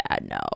no